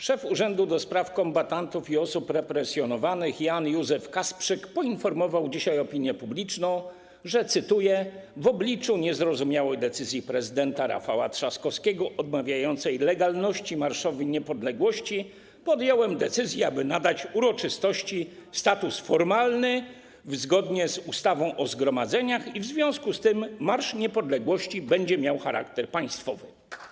Szef Urzędu do Spraw Kombatantów i Osób Represjonowanych Jan Józef Kasprzyk poinformował dzisiaj opinię publiczną, że - cytuję - w obliczu niezrozumiałych decyzji prezydenta Rafała Trzaskowskiego odmawiającej legalności Marszowi Niepodległości podjąłem decyzję, aby nadać uroczystości status formalny, zgodnie z ustawą o zgromadzeniach, i w związku z tym Marsz Niepodległości będzie miał charakter państwowy.